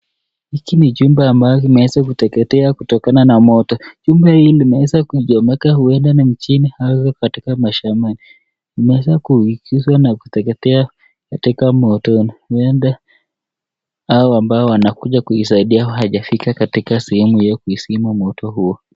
Hiki ni jumba ambayo limeweza kuteketea kutokana na moto. Jumba hii limeweza kuchomeka huenda ni mjini au hata katika mashambani. Imeweza kuichuzwa na kuteketea katika motoni. Huenda hawa ambao wanakuja kuisaidia hawajafika katika sehemu ya kuzima moto huo.